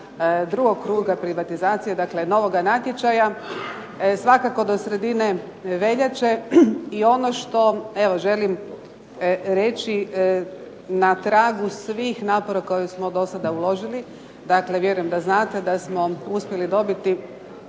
drugog kruga privatizacije, dakle novoga natječaja, svakako do sredine veljače. I ono što evo želim reći na tragu svih napora koje smo do sada uložili, dakle vjerujem da znate da smo uspjeli dobiti